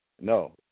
no